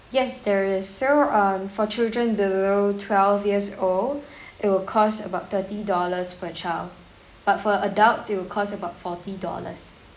yes there is so um for children below twelve years old it will cost about thirty dollars per child but for adults it will cost about forty dollars